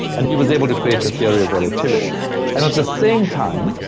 and he was able to create the theory of relativity and at the same time,